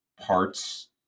parts